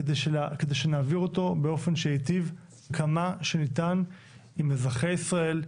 כדי שנעביר אותו באופן שייטיב כמה שניתן עם אזרחי ישראל,